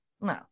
No